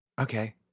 Okay